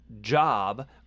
Job